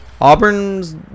Auburn's